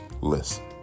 Listen